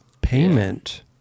payment